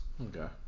Okay